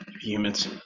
humans